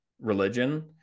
religion